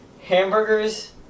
hamburgers